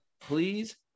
please